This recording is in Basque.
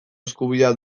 eskubidea